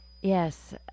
Yes